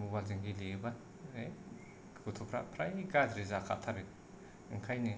mobile जों गेलेयोबा ऐ गथ'फ्रा फ्राय गाज्रि जाखाथारो ओंखायनो